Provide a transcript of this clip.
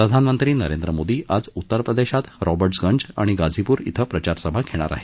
प्रधानमंत्री नरेंद्र मोदी आज उत्तर प्रदेशात रॉबर्टसगंज आणि गाझीपूर क्रें प्रचारसभा घेणार आहेत